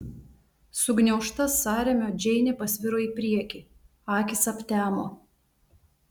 sugniaužta sąrėmio džeinė pasviro į priekį akys aptemo